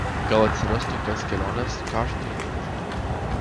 gal atsirastų kas kelionės kaštui atsiųstų